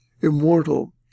immortal